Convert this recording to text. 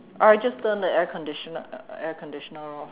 I just turned the air conditioner air conditioner off